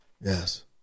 Yes